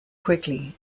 quickly